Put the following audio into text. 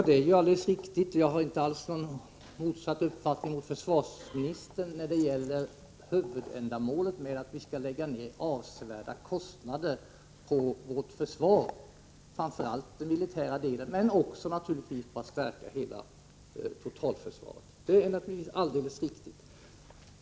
Herr talman! Jag har inte alls någon annan uppfattning än försvarsministern när det gäller huvudändamålet med de avsevärda kostnaderna för vårt försvar. Framför allt gäller det den militära delen av försvaret, men naturligtvis också totalförsvaret.